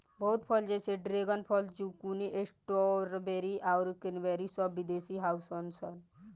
बहुत फल जैसे ड्रेगन फल, ज़ुकूनी, स्ट्रॉबेरी आउर क्रेन्बेरी सब विदेशी हाउअन सा